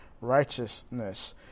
righteousness